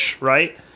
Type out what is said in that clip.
right